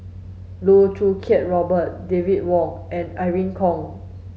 Loh Choo Kiat Robert David Wong and Irene Khong